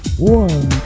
One